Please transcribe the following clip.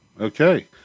Okay